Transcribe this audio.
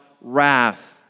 wrath